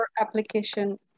application